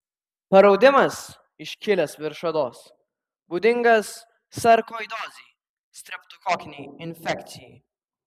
paraudimas iškilęs virš odos būdingas sarkoidozei streptokokinei infekcijai